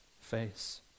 face